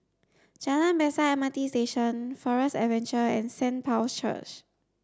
Jalan Besar M R T Station Forest Adventure and Saint Paul's Church